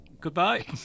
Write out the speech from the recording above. goodbye